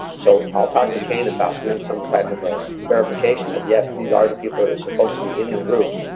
so, i'll talk to cain about doing some type of ah verification that, yes, these are the people that are supposed to be in the group.